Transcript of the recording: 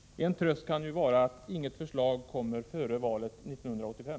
En tröst kan ju vara att inget förslag kommer före valet 1985.